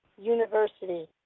University